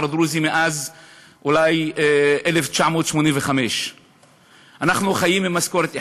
דרוזי מאז אולי 1985. אנחנו חיים ממשכורת אחת,